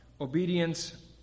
obedience